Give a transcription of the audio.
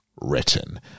written